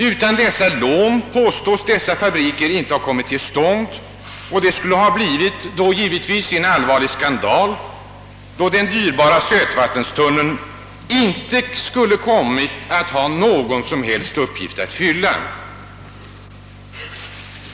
Utan dessa lån påstås ifrågavarande fabriker inte ha kunnat komma till stånd, och det skulle då givetvis ha blivit en allvarlig skandal, om den dyrbara sötvattenstunneln inte skulle ha kommit att få någon som helst uppgift att fylla.